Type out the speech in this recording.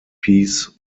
peace